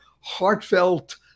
Heartfelt